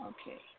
Okay